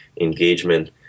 engagement